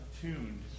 tuned